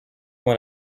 mon